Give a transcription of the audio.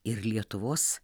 ir lietuvos